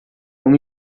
uma